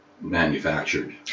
manufactured